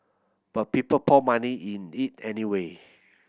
but people poured money in it anyway